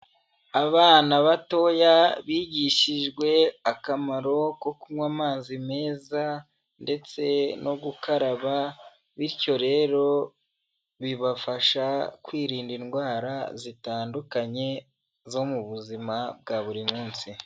Abana batoya bigishijwe akamaro ko kunywa amazi meza ndetse no gukaraba bityo rero bibafasha kwirinda indwara zitandukanye zo mu buzima bwa buri munsi.